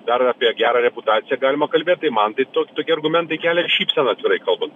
dar apie gerą reputaciją galima kalbėt tai man to tokie argumentai kelia šypseną atvirai kalbant